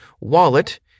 wallet